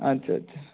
আচ্ছা আচ্ছা